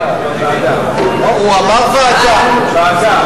הוא אמר ועדה.